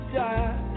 die